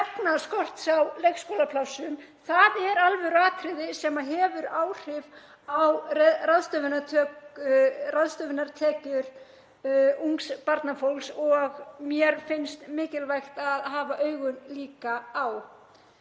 vegna skorts á leikskólaplássum. Það er alvöruatriði sem hefur áhrif á ráðstöfunartekjur ungs barnafólks og mér finnst mikilvægt að hafa augun líka á